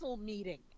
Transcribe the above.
meeting